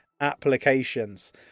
applications